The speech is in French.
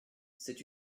c’est